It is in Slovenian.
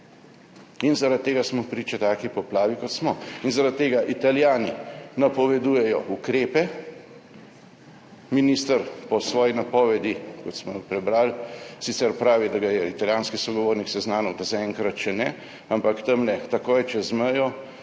In zaradi tega smo priča taki poplavi, kot smo. In zaradi tega Italijani napovedujejo ukrepe, minister pa v svoji napovedi, kot smo jo prebrali, sicer pravi, da ga je italijanski sogovornik seznanil, da zaenkrat še ne, ampak tamle takoj čez mejo